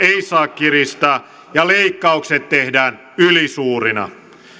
ei saa kiristää ja leikkaukset tehdään ylisuurina